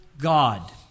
God